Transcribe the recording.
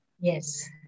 Yes